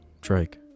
Drake